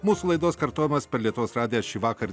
mūsų laidos kartojimas per lietuvos radiją šįvakar